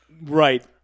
Right